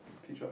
teach what